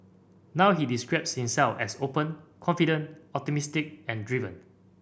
now he describes himself as open confident optimistic and driven